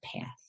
path